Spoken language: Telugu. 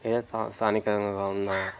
ఏదైనా స్థానికంగా ఉన్న